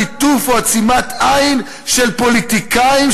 ליטוף או עצימת עין של פוליטיקאים,